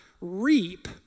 reap